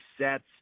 sets